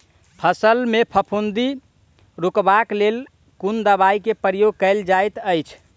फसल मे फफूंदी रुकबाक लेल कुन दवाई केँ प्रयोग कैल जाइत अछि?